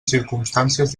circumstàncies